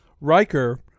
Riker